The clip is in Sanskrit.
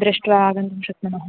दृष्ट्वा आगन्तुं शक्नुमः